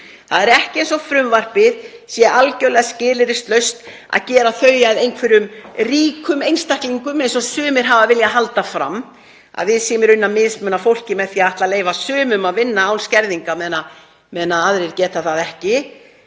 Það er ekki eins og frumvarpið sé algjörlega skilyrðislaust að gera þau að einhverjum ríkum einstaklingum, eins og sumir hafa viljað halda fram, að við séum í rauninni að mismuna fólki með því að ætla að leyfa sumum að vinna án skerðinga á meðan aðrir geta það ekki.